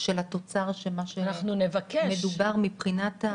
גם להתמקד בדברים שלא נעשים עד עכשיו, למשל יחד עם